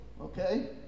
okay